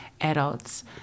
adults